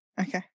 Okay